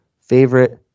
favorite